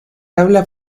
habla